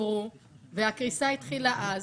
עברו והקריסה התחילה אז.